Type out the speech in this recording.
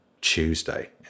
Tuesday